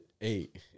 eight